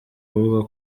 kuvuga